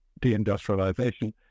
deindustrialization